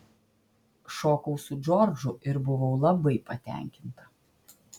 šokau su džordžu ir buvau labai patenkinta